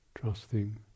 trusting